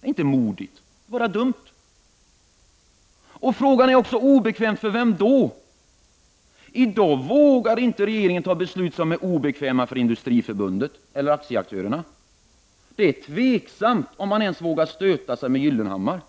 Det är inte modigt — det är bara dumt! Frågan är också: För vem är beslutet obekvämt? I dag vågar regeringen 19 inte fatta beslut som är obekväma för Industriförbundet eller aktieaktörerna. Det är tveksamt om regeringen ens vågar stöta sig med Gyllenhammar.